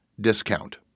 discount